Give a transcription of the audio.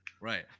Right